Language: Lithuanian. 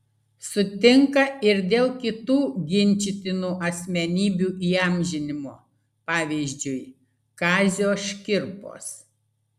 sutinka ir dėl kitų ginčytinų asmenybių įamžinimo pavyzdžiui kazio škirpos